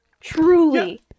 Truly